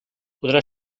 podrà